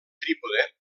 trípode